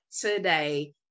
today